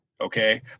Okay